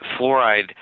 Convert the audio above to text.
fluoride